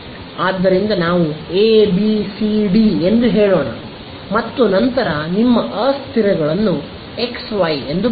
ಆದ್ದರಿಂದ ನಾವು A B C D ಎಂದು ಹೇಳೋಣ ಮತ್ತು ನಂತರ ನಿಮ್ಮ ಅಸ್ಥಿರಗಳನ್ನು xy ಎಂದು ಬರೆಯಿರಿ